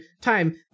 time